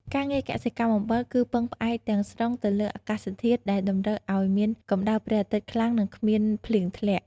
ការងារកសិកម្មអំបិលគឺពឹងផ្អែកទាំងស្រុងទៅលើអាកាសធាតុដែលតម្រូវឲ្យមានកម្តៅព្រះអាទិត្យខ្លាំងនិងគ្មានភ្លៀងធ្លាក់។